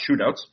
shootouts